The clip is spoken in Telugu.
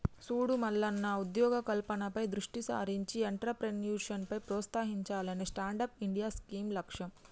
సూడు మల్లన్న ఉద్యోగ కల్పనపై దృష్టి సారించి ఎంట్రప్రేన్యూర్షిప్ ప్రోత్సహించాలనే స్టాండప్ ఇండియా స్కీం లక్ష్యం